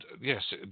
yes